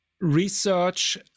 research